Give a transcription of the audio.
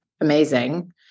amazing